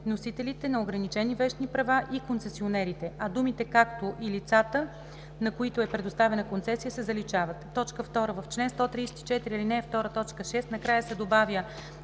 носителите на ограничени вещни права и концесионерите“, а думите „както и лицата, на които е предоставена концесия“ се заличават. 2. В чл. 134, ал. 2, т. 6 накрая се добавя